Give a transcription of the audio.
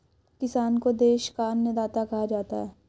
किसान को देश का अन्नदाता कहा जाता है